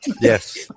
Yes